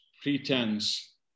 pretense